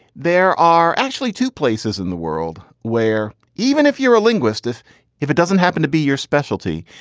there are actually two places in the world where, even if you're a linguist, if if it doesn't happen to be your specialty,